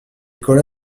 colla